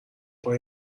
پای